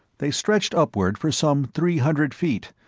they stretched upward for some three hundred feet,